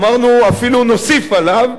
אמרנו: אפילו נוסיף עליו,